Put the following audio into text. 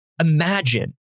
Imagine